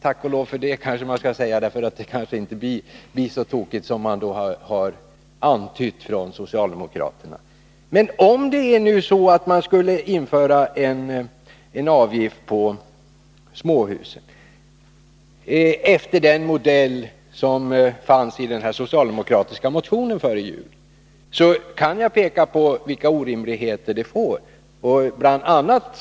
Tack och lov för det, kanske man skall säga; det kanske inte blir så tokigt som det har antytts från socialdemokraterna. Men om man skulle införa en avgift på småhus efter den modell som fanns i den socialdemokratiska motionen före jul, kan jag peka på vilka orimligheter som blir följden. Bl.